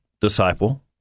disciple